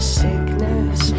sickness